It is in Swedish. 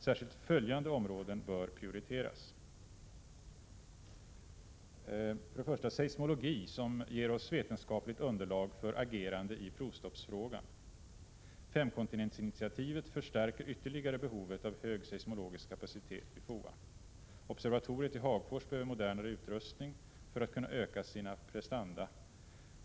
Särskilt följande områden bör prioriteras: 1. Seismologi, som ger oss vetenskapligt underlag för agerande i provstoppsfrågan. Femkontinentsinitiativet förstärker ytterligare behovet av hög seismologisk kapacitet vid FOA. Observatoriet i Hagfors behöver modernare utrustning för att kunna öka sina prestanda.